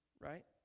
right